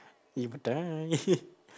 you would die